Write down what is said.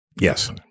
Yes